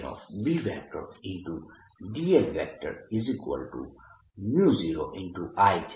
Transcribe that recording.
dl0I છે